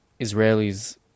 Israelis